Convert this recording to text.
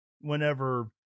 whenever